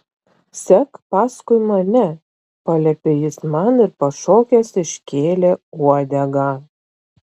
sek paskui mane paliepė jis man ir pašokęs iškėlė uodegą